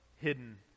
hidden